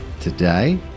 Today